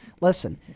listen